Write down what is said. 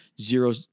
zero